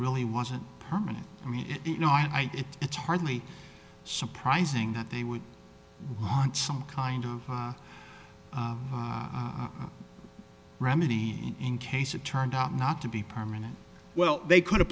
really wasn't permanent i mean you know i think it's hardly surprising that they would want some kind of remedy in case it turned out not to be permanent well they could